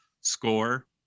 score